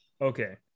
Okay